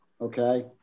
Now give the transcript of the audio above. Okay